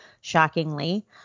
shockingly